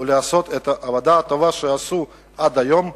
ולעשות את העבודה הטובה שעשו עד היום,